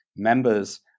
members